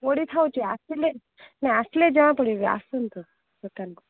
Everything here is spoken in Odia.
ପଡ଼ି ଥାଉଛି ଆସିଲେ ନାଇଁ ଆସିଲେ ଜଣାପଡ଼ିବ ଆସନ୍ତୁ ଦୋକାନକୁ